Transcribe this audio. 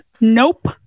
Nope